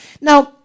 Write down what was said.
Now